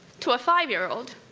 to a five-year-old,